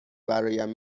برایم